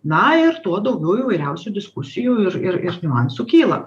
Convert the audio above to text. na ir tuo daugiau įvairiausių diskusijų ir ir ir niuansų kyla